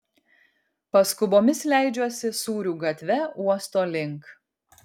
paskubomis leidžiuosi sūrių gatve uosto link